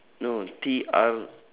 no no T R